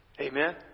Amen